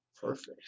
Perfect